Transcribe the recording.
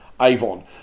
Avon